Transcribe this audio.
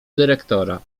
dyrektora